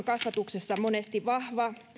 kasvatuksessa monesti vahva